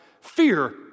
fear